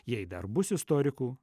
jei dar bus istorikų